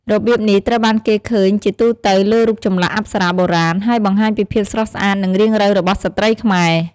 របៀបនេះត្រូវបានគេឃើញជាទូទៅលើរូបចម្លាក់អប្សរាបុរាណ ហើយបង្ហាញពីភាពស្រស់ស្អាត និងរាងរៅរបស់ស្ត្រីខ្មែរ។